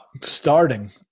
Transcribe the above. starting